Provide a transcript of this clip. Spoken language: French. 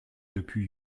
depuis